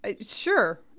Sure